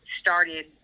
started